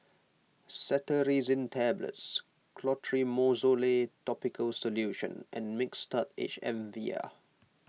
Cetirizine Tablets Clotrimozole Topical Solution and Mixtard H M vial